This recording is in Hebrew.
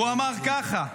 הוא אמר כך: